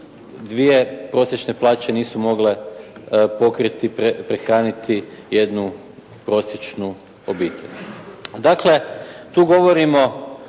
dvije prosječne plaće nisu mogle pokriti, prehraniti jednu prosječnu obitelj. Dakle tu govorimo